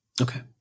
Okay